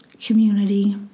community